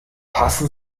passen